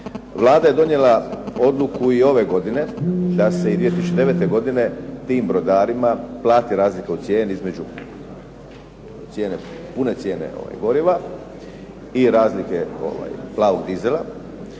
Vlada je donijela odluku i ove godine da se 2009. godine tim brodarima plati razlika u cijeni, pune cijene goriva i razlike plavog dizela,